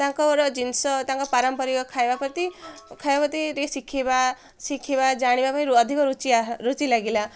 ତାଙ୍କର ଜିନିଷ ତାଙ୍କ ପାରମ୍ପରିକ ଖାଇବା ପ୍ରତି ଖାଇବା ପ୍ରତି ଟିକେ ଶିଖିବା ଶିଖିବା ଜାଣିବା ପାଇଁ ଅଧିକ ରୁଚି ଆଃ ରୁଚି ଲାଗିଲା